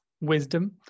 wisdom